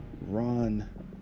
run